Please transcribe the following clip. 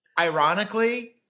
Ironically